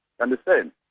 Understand